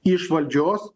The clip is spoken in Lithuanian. iš valdžios